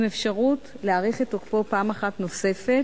עם אפשרות להאריך את תוקפו פעם אחת נוספת,